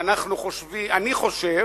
אני חושב,